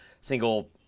single